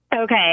Okay